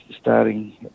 starting